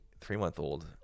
three-month-old